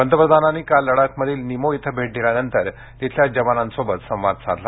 पंतप्रधानांनी काल लडाखमधील निमो इथे भेट दिल्यानंतर तिथल्या जवानांसोबत त्यांनी संवाद साधला